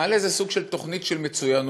נעל"ה זה סוג של תוכנית מצוינות,